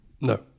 No